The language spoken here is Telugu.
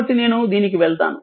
కాబట్టి నేను దీనికి వెళ్తాను